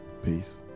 Peace